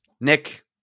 Nick